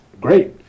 great